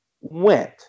went